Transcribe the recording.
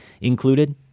included